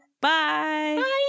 Bye